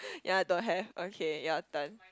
yea don't have okay your turn